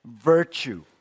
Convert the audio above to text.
virtue